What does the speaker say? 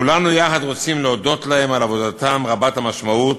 כולנו יחד רוצים להודות להם על עבודתם רבת המשמעות,